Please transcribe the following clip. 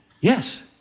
Yes